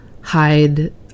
hide